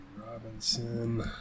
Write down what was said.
Robinson